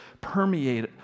permeate